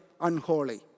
unholy